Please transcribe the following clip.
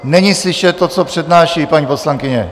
Není slyšet to, co přednáší paní poslankyně.